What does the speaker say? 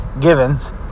Givens